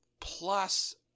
plus